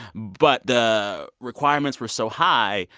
but the requirements were so high,